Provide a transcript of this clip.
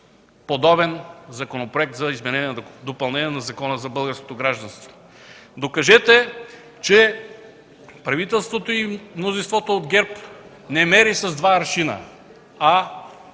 подобен Законопроект за изменение и допълнение на Закона за българското гражданство. Докажете, че правителството и мнозинството от ГЕРБ не мери с два аршина, а